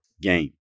game